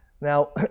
Now